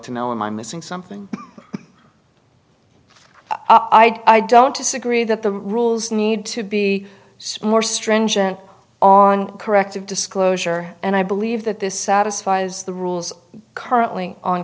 to know am i missing something i don't disagree that the rules need to be smaller stringent on corrective disclosure and i believe that this satisfies the rules currently on